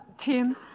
Tim